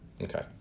okay